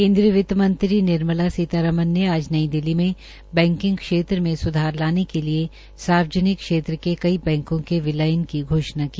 केन्द्रीय वित्तमंत्री निर्मला सीतारमण ने आज नई दिल्ली में बैकिंग क्षेत्र में स्धार लाने के लिए सार्वजनिक क्षेत्र के कई बैंकों के विलय की घोषणा की